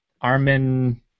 Armin